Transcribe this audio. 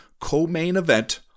CoMainEvent